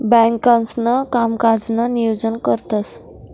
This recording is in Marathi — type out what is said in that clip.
बँकांसणा कामकाजनं नियोजन करतंस